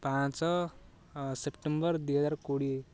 ପାଞ୍ଚ ସେପ୍ଟେମ୍ବର ଦୁଇହଜାର କୋଡ଼ିଏ